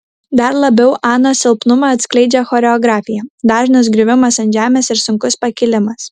dar labiau anos silpnumą atskleidžia choreografija dažnas griuvimas ant žemės ir sunkus pakilimas